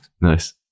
nice